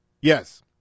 Yes